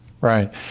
Right